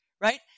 right